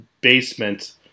basement